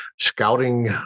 scouting